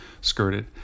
skirted